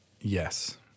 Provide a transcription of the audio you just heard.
Yes